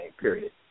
period